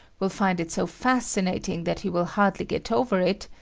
will find it so fascinating that he will hardly get over it,